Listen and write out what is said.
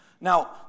Now